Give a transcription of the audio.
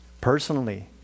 personally